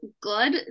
good